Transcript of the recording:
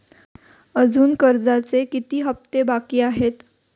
अजुन कर्जाचे किती हप्ते बाकी आहेत?